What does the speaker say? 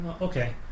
okay